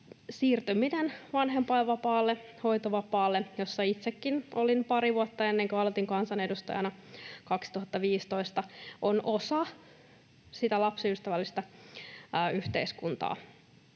”Siirtyminen vanhempainvapaalle tai hoitovapaalle” — jolla itsekin olin pari vuotta ennen kuin aloitin kansanedustajana 2015 — on osa sitä lapsiystävällistä yhteiskuntaa.